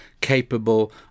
capable